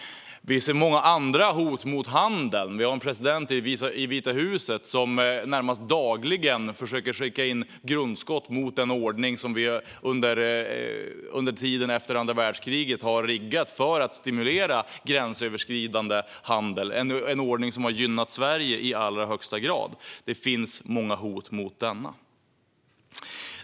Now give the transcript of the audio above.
Vi ser många andra hot mot handeln. Vi har en president i Vita huset som närmast dagligen försöker rikta grundskott mot den ordning som vi under tiden efter andra världskriget har riggat för att stimulera gränsöverskridande handel, en ordning som har gynnat Sverige i allra högsta grad. Det finns många hot mot den.